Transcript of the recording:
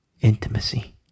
Intimacy